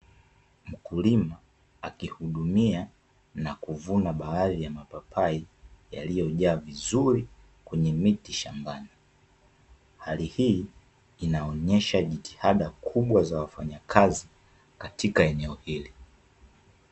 Mkulima akihudumia na kuvuna baadhi ya mapapai yaliyojaa vizuri kwenye miti shambani. Hali hii inaonyesha jitihada kubwa za wafanyakazi katika eneo hili.